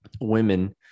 women